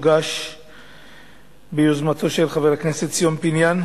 שהוגשה ביוזמתו של חבר הכנסת ציון פיניאן.